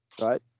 right